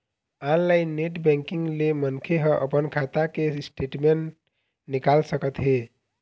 online net banking ले मनखे ह अपन खाता के स्टेटमेंट निकाल सकत हे